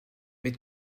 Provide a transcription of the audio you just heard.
mais